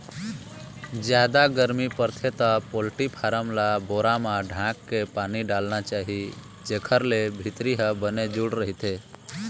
जादा गरमी परथे त पोल्टी फारम ल बोरा मन म ढांक के पानी डालना चाही जेखर ले भीतरी ह बने जूड़ रहिथे